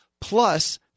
plus